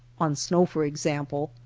on snow for ex ample,